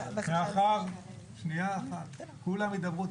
אני מבקשת --- שנייה אחת, כולם ידברו.